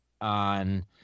on